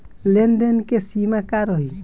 लेन देन के सिमा का रही?